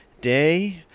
day